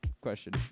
question